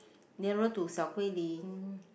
nearer to Xiao-Guilin